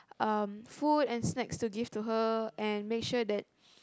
um food and snacks to give to her and make sure that